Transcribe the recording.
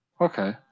Okay